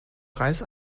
reis